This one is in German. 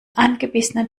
angebissenen